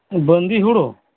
ᱵᱟᱹᱝᱜᱤ ᱦᱩᱲᱩ